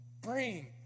bring